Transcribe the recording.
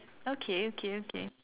okay okay okay